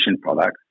products